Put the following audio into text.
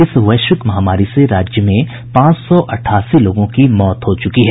इस वैश्विक महामारी से राज्य में पांच सौ अठासी लोगों की मौत हो चुकी है